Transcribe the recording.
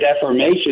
Deformation